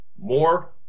more